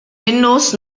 windows